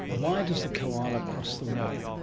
why does the koala cross the road?